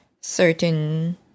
certain